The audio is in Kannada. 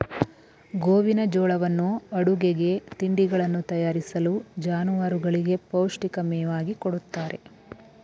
ಗೋವಿನಜೋಳವನ್ನು ಅಡುಗೆಗೆ, ತಿಂಡಿಗಳನ್ನು ತಯಾರಿಸಲು, ಜಾನುವಾರುಗಳಿಗೆ ಪೌಷ್ಟಿಕ ಮೇವಾಗಿ ಕೊಡುತ್ತಾರೆ